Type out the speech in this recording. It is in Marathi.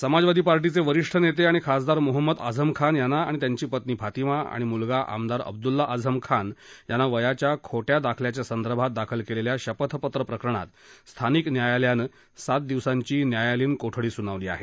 समाजवादी पार्शीवि वरिष्ठ नेते आणि खासदार मोहम्मद आझम खान यांना आणि त्यांची पत्नी फातिमा आणि मुलगा आमदार अब्दुल्ला आझम खान यांना वयाच्या खोर्गा दाखल्याच्या संदर्भात दाखल केलेल्या शपथपत्र प्रकरणात स्थानिक न्यायालयानं सात दिवसांची न्यायालयीन कोठडी सुनावली आहे